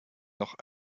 noch